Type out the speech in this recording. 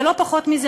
ולא פחות מזה,